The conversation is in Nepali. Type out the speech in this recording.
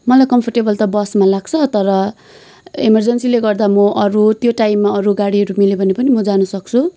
मलाई कम्फर्टेबल त बसमा लाग्छ तर एमर्जेन्सीले गर्दा म अरू त्यो टाइममा अरू गाडीहरू मिल्यो भने पनि म जान सक्छु